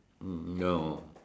mm no